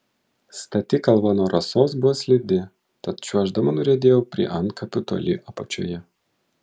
stati kalva nuo rasos buvo slidi tad čiuoždama nuriedėjau prie antkapių toli apačioje